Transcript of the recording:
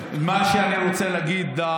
מה שאני רוצה להגיד,